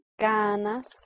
ganas